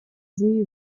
sie